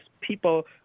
people